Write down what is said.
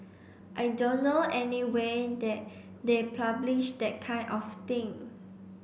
I don't know anyway that they publish that kind of thing